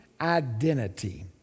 identity